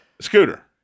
Scooter